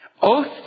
Oath